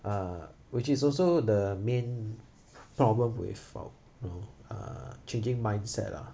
uh which is also the main problem with uh changing mindset lah